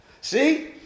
See